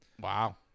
Wow